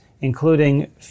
including